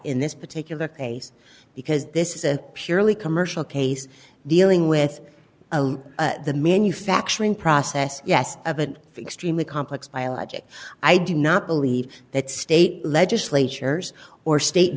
in this particular case because this is a purely commercial case dealing with a the manufacturing process yes of an extremely complex biologic i do not believe that state legislatures or state